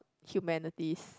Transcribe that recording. humanities